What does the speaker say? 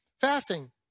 Fasting